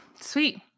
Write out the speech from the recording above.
sweet